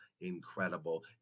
incredible